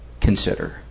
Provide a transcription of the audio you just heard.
consider